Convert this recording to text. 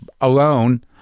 alone